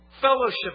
Fellowship